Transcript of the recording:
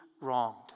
wronged